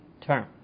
term